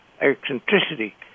eccentricity